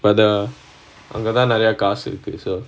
but uh அங்க தான் நிறைய காசு இருக்கு:anga thaan niraiya kaasu irukku so